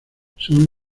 son